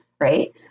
Right